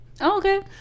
okay